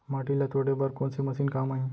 माटी ल तोड़े बर कोन से मशीन काम आही?